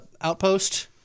outpost